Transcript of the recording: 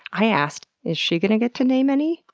i asked, is she going to get to name any?